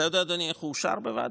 אתה יודע, אדוני, איך הוא אושר בוועדה?